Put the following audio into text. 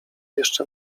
jeszcze